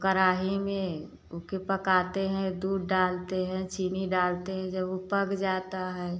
कराही में ओके पकाते हैं दूध डालते हैं चीनी डालते हैं जब वो पक जाता है